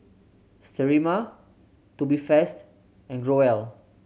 Sterimar Tubifast and Growell